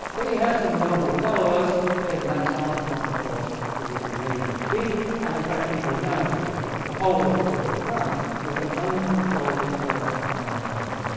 but he has some noble fellows. here is lance armstrong, of course, who was a major cheat. and in fact, people now suggest that the whole of the tour de france is an uncontrolled experiment in pharmacology.